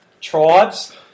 Tribes